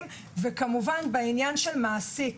וכמובן, בעניין של מעסיק.